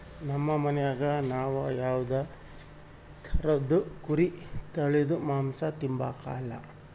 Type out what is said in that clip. ನಮ್ ಮನ್ಯಾಗ ನಾವ್ ಯಾವ್ದೇ ತರುದ್ ಕುರಿ ತಳೀದು ಮಾಂಸ ತಿಂಬಕಲ